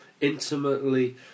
intimately